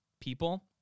people